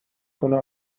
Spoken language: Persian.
کنه